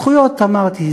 זכויות, אמרתי.